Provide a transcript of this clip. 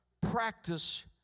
practice